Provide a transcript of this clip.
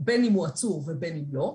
בין אם הוא עצור ובין אם לא,